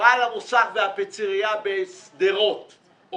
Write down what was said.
כדאי שהוא יגיע לדיון מחר ב-12:00,